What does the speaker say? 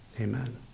Amen